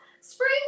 spring